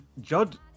Judd